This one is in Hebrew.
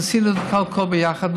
אז עשינו הכול ביחד.